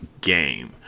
game